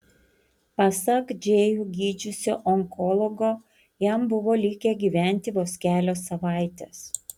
pasak džėjų gydžiusio onkologo jam buvo likę gyventi vos kelios savaitės